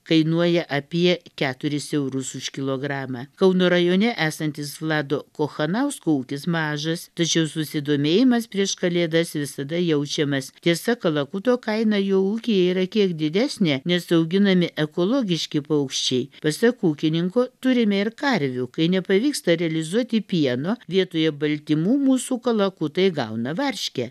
kainuoja apie keturis eurus už kilogramą kauno rajone esantis vlado kochanausko ūkis mažas tačiau susidomėjimas prieš kalėdas visada jaučiamas tiesa kalakuto kaina jo ūkyje yra kiek didesnė nes auginami ekologiški paukščiai pasak ūkininko turime ir karvių kai nepavyksta realizuoti pieno vietoje baltymų mūsų kalakutai gauna varškę